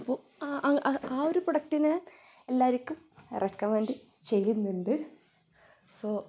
അപ്പോൾ ആ ആ ഒരു പ്രോഡക്റ്റിനെ എല്ലാർക്കും റെക്കമെന്റ് ചെയ്യുന്നുണ്ട് സോ